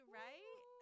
right